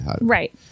Right